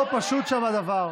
לא פשוט שם הדבר.